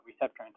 receptor